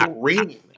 green